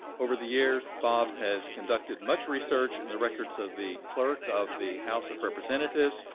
over the years, bob has conducted much research in the records of the clerk of the house of representatives,